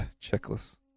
checklist